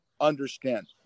understand